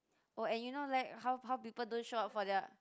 oh and you know like how how people don't show up for their